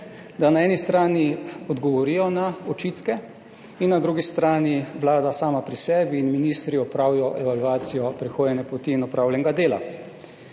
da na eni strani odgovorijo na očitke in na drugi strani Vlada in ministri sami pri sebi opravijo evalvacijo prehojene poti in opravljenega dela.